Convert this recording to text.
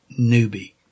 newbie